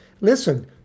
Listen